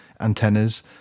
antennas